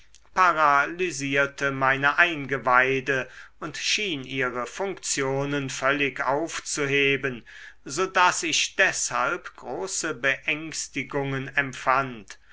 paralysierte meine eingeweide und schien ihre funktionen völlig aufzuheben so daß ich deshalb große beängstigungen empfand